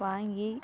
வாங்கி